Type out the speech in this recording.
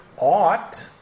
ought